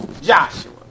Joshua